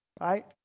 Right